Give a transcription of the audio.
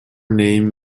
name